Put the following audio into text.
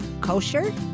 Kosher